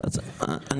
אופיר,